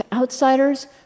outsiders